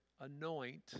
anoint